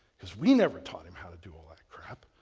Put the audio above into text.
because we never taught him how to do all that crap?